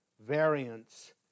variance